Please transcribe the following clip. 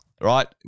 Right